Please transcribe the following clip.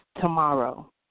tomorrow